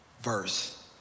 verse